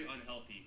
unhealthy